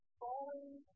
falling